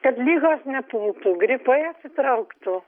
kad ligos nepultų gripai atsitrauktų